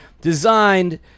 designed